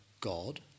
God